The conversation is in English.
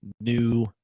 new